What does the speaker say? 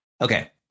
Okay